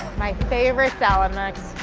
my favorite salad mix,